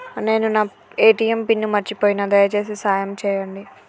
నేను నా ATM pin మర్చిపోయిన, దయచేసి సాయం చేయండి